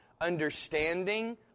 understanding